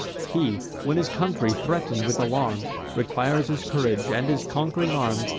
he, when his country, threaten'd with alarms, requires his courage and his conqu'ring arms,